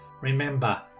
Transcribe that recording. Remember